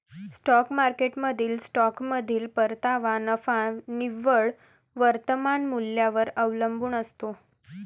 stock मार्केटमधील स्टॉकमधील परतावा नफा निव्वळ वर्तमान मूल्यावर अवलंबून असतो